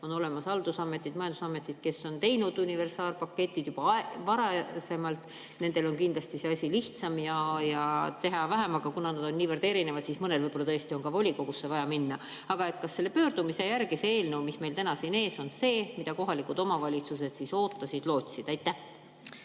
On haldusameteid ja majandusameteid, kes on teinud universaalpaketid juba varasemalt. Nende jaoks on kindlasti see asi lihtsam ja teha vähem, aga kuna nad on niivõrd erinevad, siis mõnel on võib-olla tõesti vaja ka volikogusse minna. Kas selle pöördumise järgi see eelnõu, mis on täna siin meie ees, on see, mida kohalikud omavalitsused ootasid ja lootsid? Suur